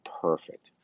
perfect